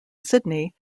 sydney